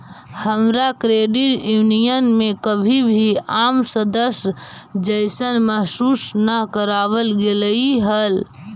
हमरा credit union में कभी भी आम सदस्य जइसन महसूस न कराबल गेलई हल